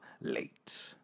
late